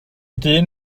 dyn